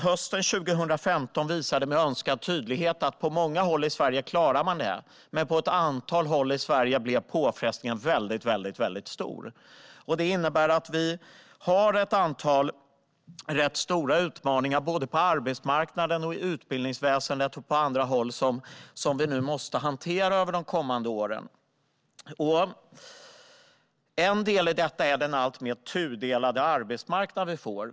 Hösten 2015 visade med önskad tydlighet att man på många håll i Sverige klarade det men att det på ett antal håll blev en väldigt stor påfrestning. Detta innebär att vi har ett antal stora utmaningar på arbetsmarknaden, i utbildningsväsendet och på andra håll som vi måste hantera under kommande år. En utmaning är den alltmer tudelade arbetsmarknaden.